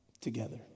together